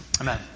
amen